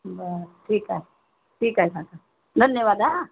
बरं ठीक आहे ठीक आहे काका धन्यवाद हा